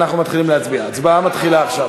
שמעולם לא הוצגה בפניו בדיקת נחיצות המאגר.